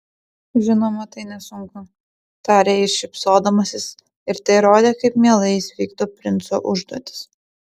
žinoma tai nesunku tarė jis šypsodamasis ir tai rodė kaip mielai jis vykdo princo užduotis